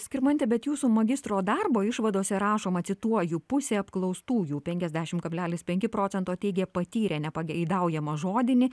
skirmante bet jūsų magistro darbo išvadose rašoma cituoju pusė apklaustųjų penkiasdešimt kablelis penki procento teigė patyrę nepageidaujamą žodinį